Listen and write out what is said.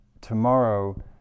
tomorrow